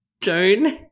Joan